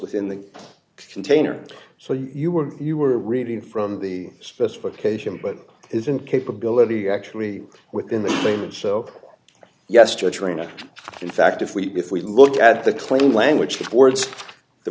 within the container so you were you were reading from the specification but isn't capability actually within the range so yes church arena in fact if we if we look at the clean language words the